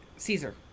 Caesar